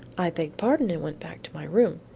i begged pardon and went back to my room.